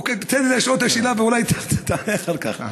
אוקיי, תן לי לשאול את השאלה, ואולי תענה אחר כך.